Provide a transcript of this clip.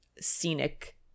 scenic